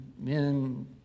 men